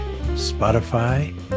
Spotify